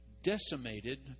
decimated